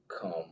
come